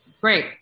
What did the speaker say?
Great